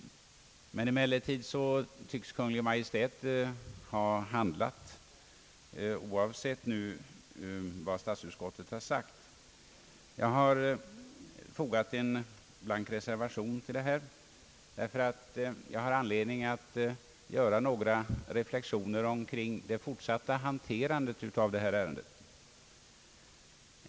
Emellertid tycks Kungl. Maj:t ha handlat, oavsett vad statsutskottet har sagt. Jag har fogat en blank reservation till statsutskottets utlåtande, därför att jag har anledning att göra några reflexioner omkring det fortsatta hanterandet av detta ärende.